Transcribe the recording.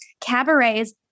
Cabarets